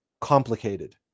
complicated